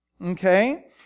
Okay